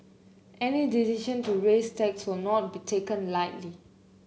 any decision to raise tax will not be taken lightly